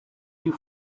you